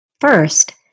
First